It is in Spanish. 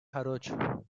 jarocho